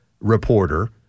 reporter